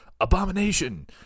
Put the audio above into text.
abomination